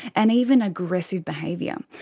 and even aggressive behaviour.